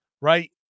Right